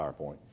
PowerPoint